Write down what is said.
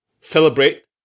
celebrate